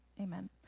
Amen